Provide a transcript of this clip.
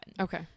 Okay